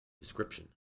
description